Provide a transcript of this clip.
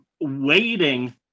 waiting